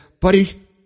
Buddy